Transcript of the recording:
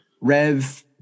Rev